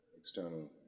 external